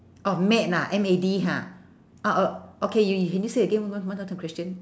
orh mad ah M A D ha o~ o~ okay you can you say again one more one more the question